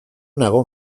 nago